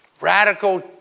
radical